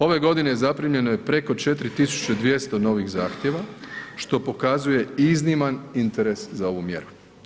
Ove godine zaprimljeno je preko 4 tisuće 200 novih zahtjeva što pokazuje izniman interes za ovu mjeru.